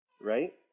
right